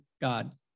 God